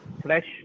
flesh